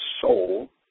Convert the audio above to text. soul